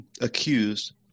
accused